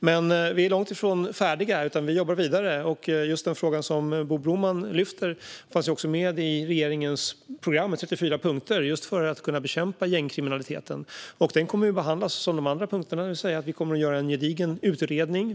Vi är dock långt ifrån färdiga, utan vi jobbar vidare. Just den fråga som Bo Broman lyfter fram fanns också med i regeringens program med 34 punkter för att kunna bekämpa gängkriminaliteten. Den kommer att behandlas som de andra punkterna, det vill säga att vi kommer att göra en gedigen utredning.